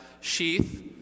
sheath